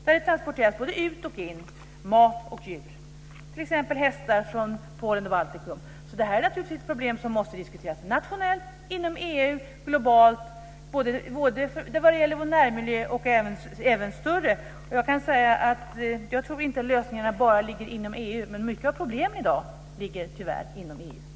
Här transporteras både mat och djur både ut och in, t.ex. Det här är naturligtvis problem som måste diskuteras nationellt, inom EU och globalt. Det gäller både vår närmiljö och även större perspektiv. Jag tror inte att lösningarna bara ligger inom EU, men mycket av problemen i dag ligger tyvärr inom EU.